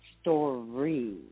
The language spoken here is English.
story